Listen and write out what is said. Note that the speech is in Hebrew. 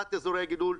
להכשרת אזורי הגידול.